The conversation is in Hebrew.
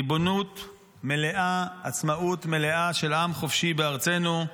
ריבונות מלאה, עצמאות מלאה של עם חופשי בארצנו.